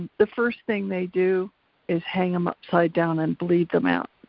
the first thing they do is hang em upside down and bleed them out.